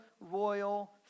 royal